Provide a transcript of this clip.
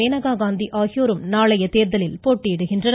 மேனகாகாந்தி ஆகியோரும் நாளைய தேர்தலில் போட்டியிடுகின்றனர்